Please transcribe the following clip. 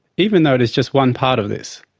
even though it is just one part of this.